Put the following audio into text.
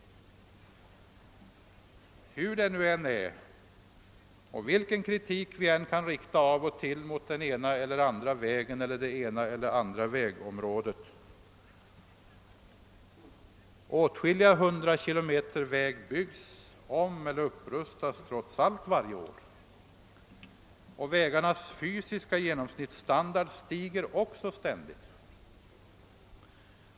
Hur det än är och vilken kritik som än kan riktas mot den ena eller andra vägen och det ena eller andra vägområdet, så byggs trots allt åtskilliga hundra kilometer väg om eller upprustas varje år. Vägarnas fysiska genomsnittsstandard ökar också ständigt.